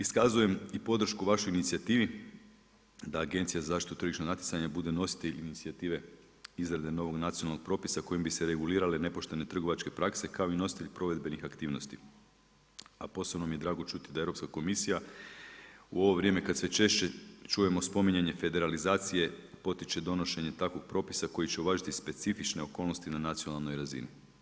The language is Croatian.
Iskazujem i podršku vašoj inicijativi da je Agencija za zaštitu tržišnih natjecanja bude nositelj inicijative izrade novog nacionalnog propisa kojim bi se regulirale nepoštene trgovačke prakse kao i nositelj provedbenih aktivnosti a posebno mi je drago čuti da Europska komisija u ovo vrijeme kad sve češće čujemo spominjanje federalizacije potiče donošenje takvog propisa koji će uvažiti specifične okolnosti na nacionalnoj razini.